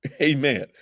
Amen